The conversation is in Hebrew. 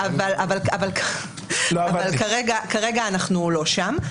אבל כרגע אנחנו לא שם,